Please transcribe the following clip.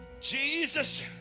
Jesus